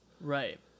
Right